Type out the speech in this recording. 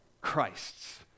Christ's